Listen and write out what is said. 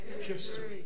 History